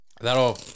That'll